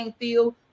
field